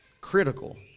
critical